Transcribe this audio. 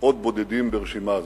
עוד בודדים ברשימה זו.